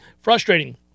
Frustrating